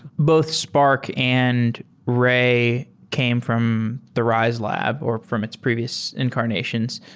both spark and ray came from the riselab or from its previous incarnations.